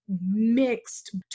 mixed